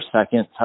second